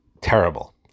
terrible